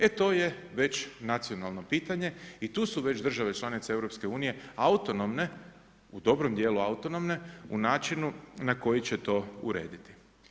E to je već nacionalno pitanje i tu su već države članice EU, autonomne, u dobrom dijelu autonomne u načinu na koji će to urediti.